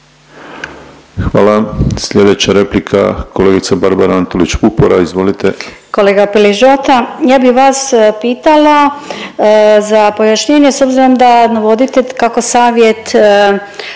Hvala. Sljedeća replika, kolegica Barbara Antolić Vupora, izvolite. **Antolić Vupora, Barbara (SDP)** Kolega Piližota, ja bi vas pitala za pojašnjenje s obzirom da navodite kako savjet